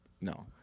no